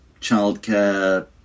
childcare